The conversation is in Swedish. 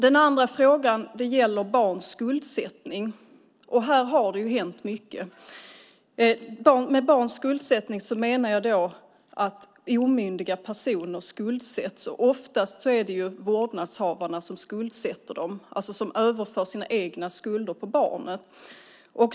Den andra frågan gäller barns skuldsättning. Här har det hänt mycket. Med barns skuldsättning menar jag att omyndiga personer skuldsätts. Oftast är det vårdnadshavarna som skuldsätter dem, alltså överför sina egna skulder på barnen.